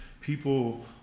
people